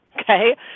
Okay